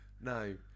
No